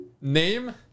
Name